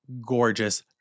gorgeous